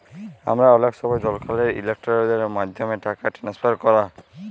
আমরা অলেক সময় দকালের ইলটারলেটের মাধ্যমে টাকা টেনেসফার ক্যরি